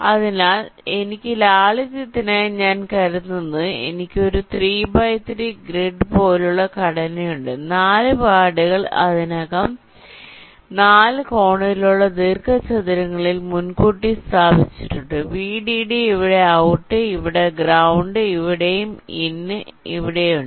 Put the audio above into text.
അതിനാൽ എനിക്ക് ലാളിത്യത്തിനായി ഞാൻ കരുതുന്നത് എനിക്ക് ഒരു ത്രീ ബൈ ത്രീ ഗ്രിഡ് പോലുള്ള ഘടനയുണ്ട് നാല് പാഡുകൾ ഇതിനകം നാല് കോണിലുള്ള ദീർഘചതുരങ്ങളിൽ മുൻകൂട്ടി സ്ഥാപിച്ചിട്ടുണ്ട് Vdd ഇവിടെഔട്ട് ഇവിടെ ഗ്രൌണ്ട് ഇവിടെയും ഇൻ ഇവിടെയുണ്ട്